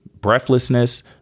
breathlessness